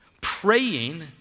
Praying